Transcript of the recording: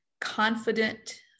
confident